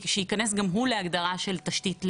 שייכנס גם הוא להגדרה של תשתית לאומית.